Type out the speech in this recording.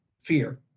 fear